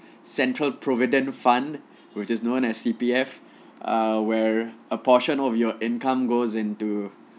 central provident fund which is known as C_P_F uh where a portion of your income goes into